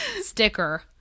Sticker